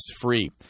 free